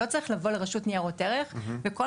לא צריך לבוא לרשות ניירות ערך ולקבל אישור פרטני